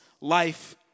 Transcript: life